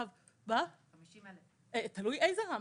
50,000. תלוי איזו רמפה.